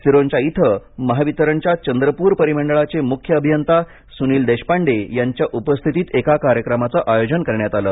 सिरोंचा इथं महावितरणच्या चंद्रपूर परिमडळाचे मुख्य अभियंता सुनील देशपांडे यांच्या उपस्थितीत एका कार्यक्रमाचे आयोजन करण्यात आले